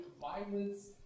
violence